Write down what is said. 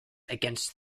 against